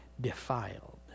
defiled